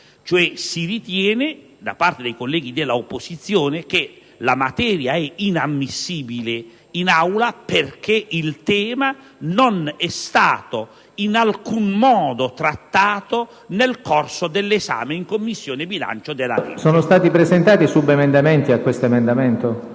Si ritiene, cioè, da parte dei colleghi dell'opposizione, che la materia è inammissibile in Aula, perché il tema non è stato in alcun modo trattato nel corso dell'esame in Commissione bilancio. PRESIDENTE. Sono stati presentati subemendamenti all'emendamento